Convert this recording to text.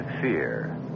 fear